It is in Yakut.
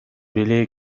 били